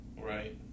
Right